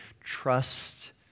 trust